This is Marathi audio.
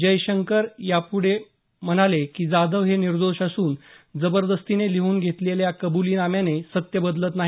जयशंकर यापुढे म्हणाले की जाधव हे निर्दोष असून जबरदस्तीने लिहुन घेतलेल्या कबुलीनाम्याने सत्य बदलत नाही